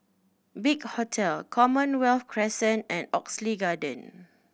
Big Hotel Commonwealth Crescent and Oxley Garden